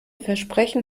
versprechen